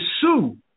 sue